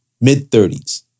mid-30s